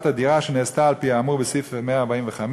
הדירה שנעשתה על-פי האמור בסעיף 145,